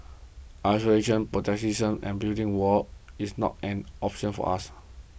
isolation protectionism and building walls is not an option for us